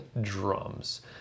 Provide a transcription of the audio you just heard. drums